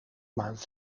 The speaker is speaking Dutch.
maar